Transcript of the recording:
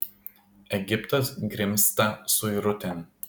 egiptas grimzta suirutėn